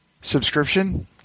subscription